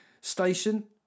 Station